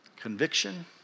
Conviction